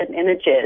images